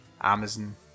Amazon